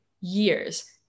years